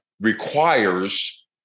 requires